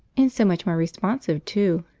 and so much more responsive, too.